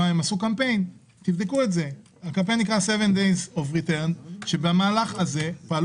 את אמרת "לא מסירים" התכוונת שזה שהעמותה עוברת לבדיקה לא אומר שפוסלים